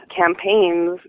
campaigns